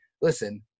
listen